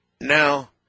Now